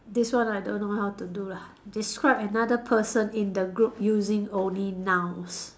this one I don't know how to do lah describe another person in the group using only nouns